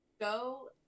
go